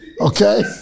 Okay